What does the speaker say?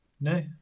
no